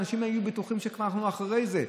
אנשים היו בטוחים שאנחנו כבר אחרי זה.